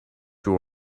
you